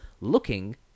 Looking